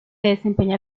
desempeña